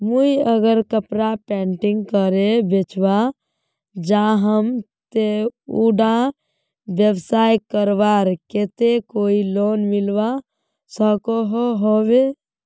मुई अगर कपड़ा पेंटिंग करे बेचवा चाहम ते उडा व्यवसाय करवार केते कोई लोन मिलवा सकोहो होबे?